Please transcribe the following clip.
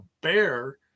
bear